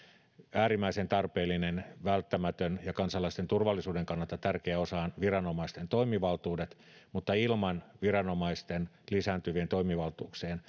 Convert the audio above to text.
äärimmäisen tarpeellinen välttämätön ja kansalaisten turvallisuuden kannalta tärkeä osa on viranomaisten toimivaltuudet mutta ilman viranomaisten lisääntyvien toimivaltuuksien